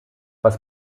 was